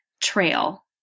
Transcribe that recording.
trail